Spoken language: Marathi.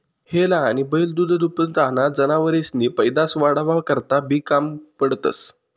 हेला आनी बैल दूधदूभताना जनावरेसनी पैदास वाढावा करता बी काम पडतंस